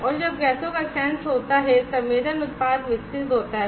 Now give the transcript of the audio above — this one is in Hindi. और जब गैसों का सेंस होता है संवेदन उत्पाद विकसित होता है